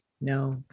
no